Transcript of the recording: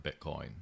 Bitcoin